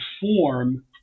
form